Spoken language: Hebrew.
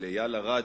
של איל ארד,